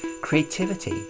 creativity